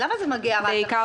למה זה מגיע רק עכשיו?